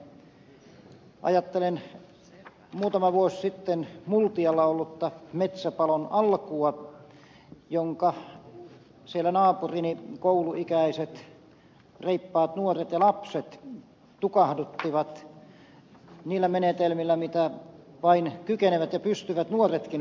ajattelen muutama vuosi sitten multialla ollutta metsäpalon alkua jonka siellä naapurini kouluikäiset reippaat nuoret ja lapset tukahduttivat niillä menetelmillä millä vain kykenivät ja pystyivät nuoretkin voivat tehdä